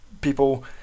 people